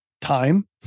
Time